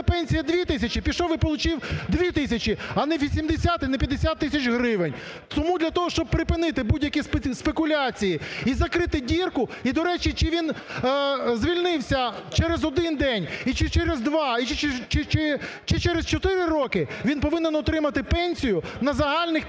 пенсія дві тисячі – пішов і получив дві тисячі, а не 80 і не 50 тисяч гривень. Тому для того, щоб припинити будь-які спекуляції і закрити дірку, і, до речі, чи він звільнився через один день і чи через два, і через 4 роки, він повинен отримати пенсію на загальних